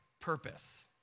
purpose